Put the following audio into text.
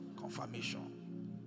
confirmation